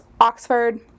Oxford